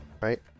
right